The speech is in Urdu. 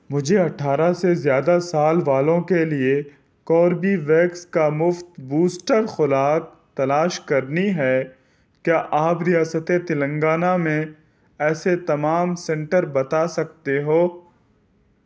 مجھے اٹھارہ سے زیادہ سال والوں کے لیے کاربی ویکس کا مفت بوسٹر خوراک تلاش کرنی ہے کیا آپ ریاست تلنگانہ میں ایسے تمام سنٹر بتا سکتے ہو